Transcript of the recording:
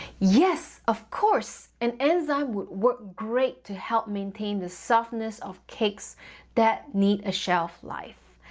yes, of course, an enzyme worked great to help maintain the softness of cakes that need a shelf life.